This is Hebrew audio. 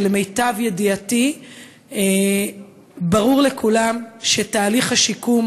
שלמיטב ידיעתי ברור לכולם שתהליך השיקום